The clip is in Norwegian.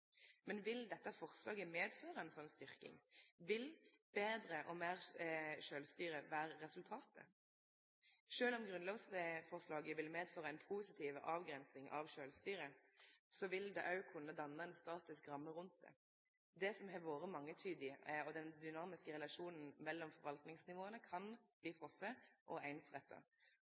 Men vil dette forslaget medføre ei slik styrking? Vil betre og meir sjølvstyre vere resultatet? Sjølv om grunnlovsforslaget vil medføre ei positiv avgrensing av sjølvstyret, vil det òg kunne danne ei statisk ramme rundt det. Det som har vore mangetydig og den dynamiske relasjonen mellom forvaltningsnivåa, kan verte fryst og einsretta. Kommunanes evne til å